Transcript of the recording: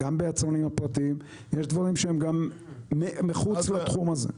יש דברים שקשורים ליצרנים הפרטיים ויש גם דברים שהם מחוץ לתחום הזה.